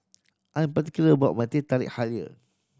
I am particular about my Teh Tarik halia